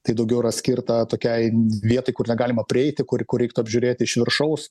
tai daugiau yra skirta tokiai vietai kur negalima prieiti kur kur reiktų apžiūrėti iš viršaus